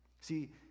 See